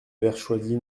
vertchoisi